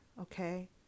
okay